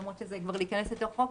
למרות שזה כבר להיכנס לתוך החוק,